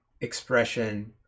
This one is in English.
expression